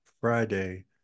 Friday